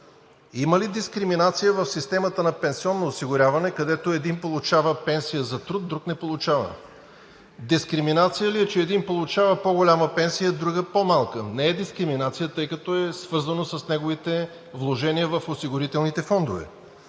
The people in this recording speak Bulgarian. Има ли дискриминация в системата на пенсионно осигуряване, където един получава пенсия за труд, друг не получава? Дискриминация ли е, че един получава по-голяма пенсия, друг по-малка? Не е дискриминация, тъй като е свързано с неговите вложения в осигурителните фондове.